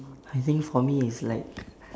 I think for me it's like